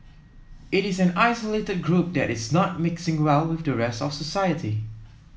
it is an isolated group that is not mixing well with the rest of society